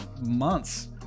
months